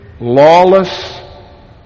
lawless